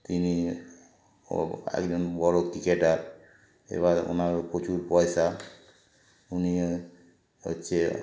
তিনি একজন বড়ো ক্রিকেটার এবার ওনারও প্রচুর পয়সা উনি হচ্ছে